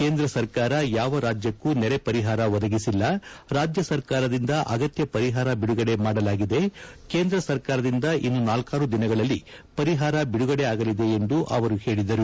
ಕೇಂದ್ರ ಸರ್ಕಾರ ಯಾವ ರಾಜ್ಯಕ್ಕೂ ನೆರೆ ಪರಿಹಾರ ಒದಗಿಸಿಲ್ಲ ರಾಜ್ಯ ಸರ್ಕಾರದಿಂದ ಅಗತ್ಯ ಪರಿಹಾರ ಬಿಡುಗಡೆ ಮಾಡಲಾಗಿದೆ ಕೇಂದ್ರ ಸರ್ಕಾರದಿಂದ ಇನ್ನು ನಾಲ್ಕಾರು ದಿನಗಳಲ್ಲಿ ಪರಿಹಾರ ಬಿಡುಗಡೆ ಆಗಲಿದೆ ಎಂದು ಅವರು ಹೇಳಿದರು